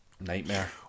nightmare